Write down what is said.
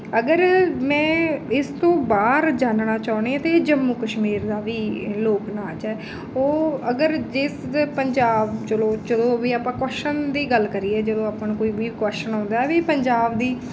ਅਗਰ ਮੈਂ ਇਸ ਤੋਂ ਬਾਹਰ ਜਾਣਨਾ ਚਾਹੁੰਦੇ ਤਾਂ ਜੰਮੂ ਕਸ਼ਮੀਰ ਦਾ ਵੀ ਲੋਕ ਨਾਚ ਹੈ ਉਹ ਅਗਰ ਜਿਸ ਪੰਜਾਬ ਚਲੋ ਚਲੋ ਵੀ ਆਪਾਂ ਕੁਸ਼ਚਨ ਦੀ ਗੱਲ ਕਰੀਏ ਜਦੋਂ ਆਪਾਂ ਨੂੰ ਕੋਈ ਵੀ ਕੁਸ਼ਚਨ ਆਉਂਦਾ ਵੀ ਪੰਜਾਬ ਦੀ